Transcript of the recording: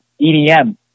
EDM